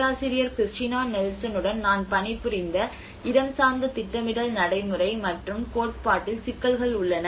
பேராசிரியர் கிறிஸ்டினா நில்சனுடன் நான் பணிபுரிந்த இடஞ்சார்ந்த திட்டமிடல் நடைமுறை மற்றும் கோட்பாட்டில் சிக்கல்கள் உள்ளன